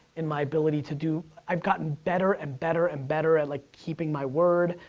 and my ability to do, i've gotten better and better and better at like, keeping my word.